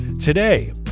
today